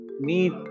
need